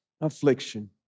affliction